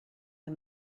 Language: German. der